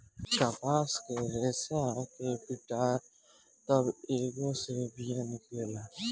कपास के रेसा के पीटाला तब एमे से बिया निकलेला